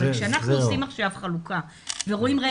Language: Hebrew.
אבל כשאנחנו עושים עכשיו חלוקה ורואים אם